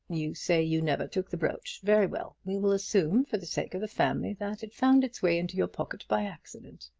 you say you never took the brooch. very well we will assume, for the sake of the family, that it found its way into your pocket by accident.